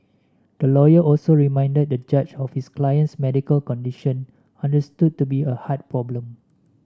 the lawyer also reminded the judge of his client's medical condition understood to be a heart problem